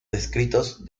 descritos